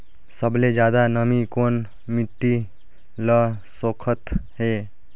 सबले ज्यादा नमी कोन मिट्टी ल सोखत हे?